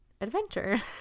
adventure